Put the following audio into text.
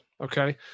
Okay